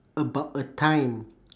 about a time